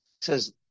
Says